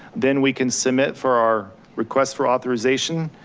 then we can submit for our request for authorization.